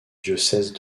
diocèse